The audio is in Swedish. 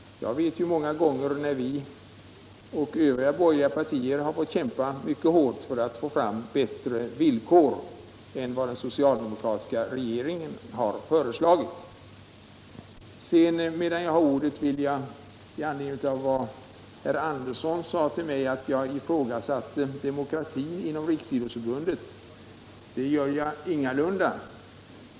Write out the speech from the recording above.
Jag vet att vi och övriga borgerliga partier många gånger har fått kämpa mycket hårt för att få fram bättre villkor för idrotten än den socialdemokratiska regeringen föreslagit. Herr Andersson i Lycksele sade att jag ifrågasatte demokratin inom Riksidrottsförbundet. Det gör jag ingalunda.